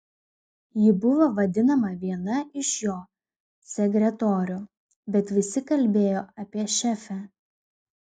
ji buvo vadinama viena iš jo sekretorių bet visi kalbėjo apie šefę